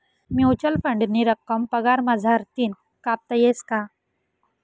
Mutual फंडनी रक्कम पगार मझारतीन कापता येस का?